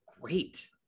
great